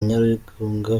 nyarugunga